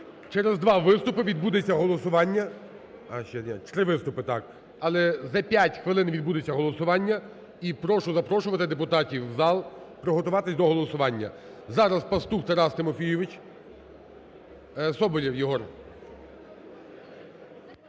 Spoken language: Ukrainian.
через два виступи відбудеться голосування. Три виступи, так. Але за 5 хвилин відбудеться голосування, і прошу запрошувати депутатів в зал, приготуватись до голосування. Зараз Пастух Тарас Тимофійович. Соболєв Єгор.